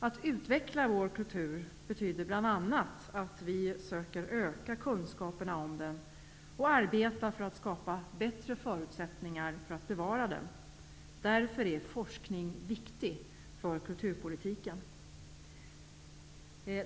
Att utveckla vår kultur betyder bl.a. att vi söker öka kunskaperna om den och arbetar för att skapa bättre förutsättningar för att bevara den. Därför är forskning viktig för kulturpolitiken.